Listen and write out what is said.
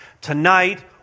tonight